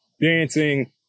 dancing